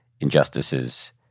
injustices